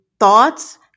Thoughts